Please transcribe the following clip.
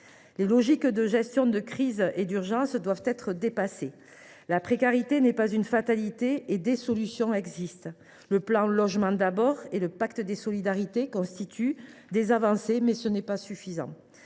Les logiques de gestion de crise et d’urgence doivent être dépassées. La précarité n’est pas une fatalité. Des solutions existent. Le plan Logement d’abord et le pacte des solidarités constituent des avancées, certes, mais ce n’est pas suffisant.